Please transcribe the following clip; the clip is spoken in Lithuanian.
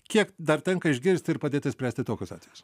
kiek dar tenka išgirsti ir padėti spręsti tokius atvejus